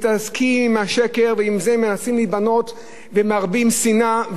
מתעסקים עם השקר ועם זה מנסים להיבנות ומרבים שנאה.